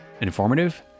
informative